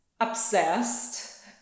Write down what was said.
Obsessed